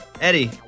Eddie